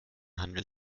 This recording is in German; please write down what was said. handel